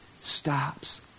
stops